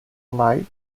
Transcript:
light